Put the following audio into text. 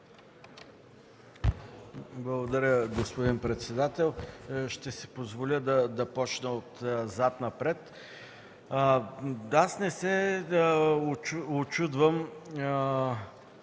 Благодаря, господин председател. Ще си позволя да започна отзад напред. Аз не се учудвам